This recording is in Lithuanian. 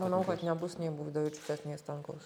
manau kad nebus nei buividavičiūtės nei stankaus